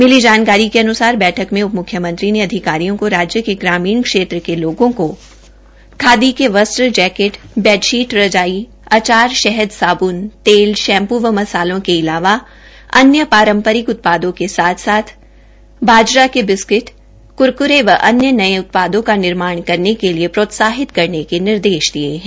मिली जानकारी के अन्सार बैठक में उप म्ख्यमंत्री ने अधिकारियों को राज्य के ग्रामीण क्षेत्र के लोगों को खादी के वस्त्र jacket kurta pyjama bed sheet रजाई अचारशहद साब्न तेल शैंपू व मसालों के अलावा अन्य पारंपरिक उत्पादों के साथ साथ बाजरा के बिस्क्ट क्रक्रे व अन्य नए उत्पादों का निर्माण करने के लिए प्रोत्साहित करने के निर्देश दिये है